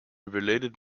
related